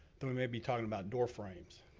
then we may be talking about door frames.